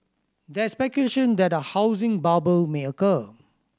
there is speculation that a housing bubble may occur